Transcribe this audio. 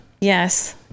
Yes